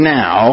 now